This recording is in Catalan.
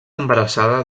embarassada